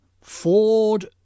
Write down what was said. Ford